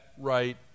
right